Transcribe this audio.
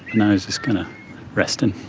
now he's just kinda resting.